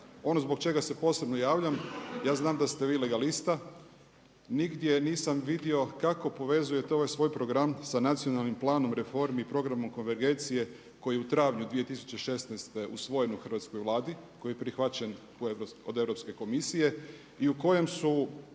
Ono zbog čega se posebno javljam, ja znam da ste vi legalista. Nigdje nisam vidio kako povezujete ovaj svoj program sa nacionalnim planom reformi i programom konvergencije koji je u travnju 2016. usvojen u hrvatskoj Vladi, koji je prihvaćen od Europske komisije i u kojem su